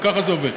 ככה זה עובד.